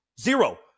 zero